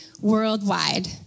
worldwide